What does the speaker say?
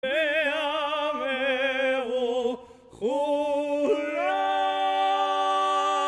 ואמרו כולם